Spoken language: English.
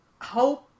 hope